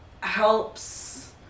helps